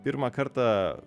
pirmą kartą